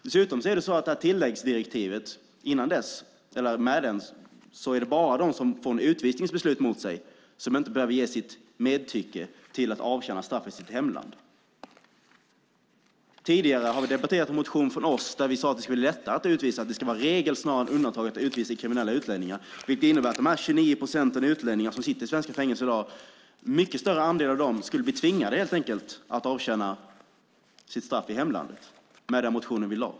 Med tilläggsdirektivet är det bara de som får ett utvisningsbeslut mot sig som inte behöver ge sitt samtycke till att avtjäna straffet i hemlandet. Tidigare har vi debatterat en motion som vi har väckt där vi har skrivit att det ska vara lättare att utvisa, att det ska vara regel snarare än undantag att utvisa kriminella utlänningar. Det skulle innebära att en större andel av de 29 procenten utlänningar som sitter i svenska fängelser i dag skulle bli tvingade att avtjäna straffet i hemlandet.